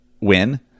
win